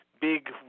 big